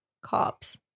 cops